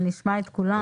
נשמע את כולם.